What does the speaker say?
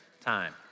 time